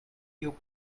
you